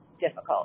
difficult